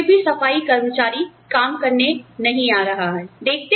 दिल्ली में कोई भी सफाई कर्मचारी काम करने नहीं आ रहा है